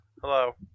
Hello